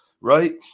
right